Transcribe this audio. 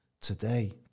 Today